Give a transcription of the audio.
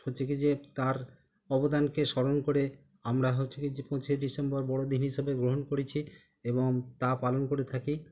হচ্ছে কী যে তার অবদানকে স্মরণ করে আমরা হচ্ছে কী যে পঁচিশে ডিসেম্বর বড়দিন হিসাবে গ্রহণ করেছি এবং তা পালন করে থাকি